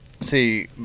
See